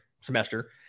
semester